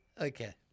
Okay